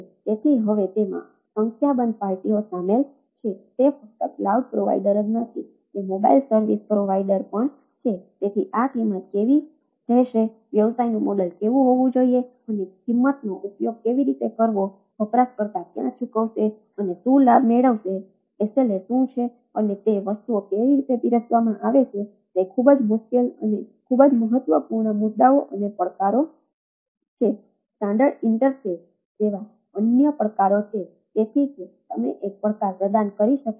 તેથી હવે તેમાં સંખ્યાબંધ પાર્ટીઓ શામેલ છે તે ફક્ત ક્લાઉડ શું છે અને તે વસ્તુઓ કેવી રીતે પીરસવામાં આવે છે તે ખૂબ જ મુશ્કેલ અને ખૂબ જ મહત્વપૂર્ણ મુદ્દાઓ અને પડકારો છે